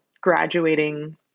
graduating